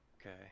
Okay